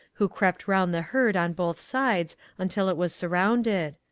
who crept round the herd on both sides until it was surrounded.